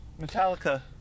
Metallica